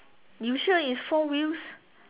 you sure it's four wheels